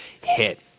hit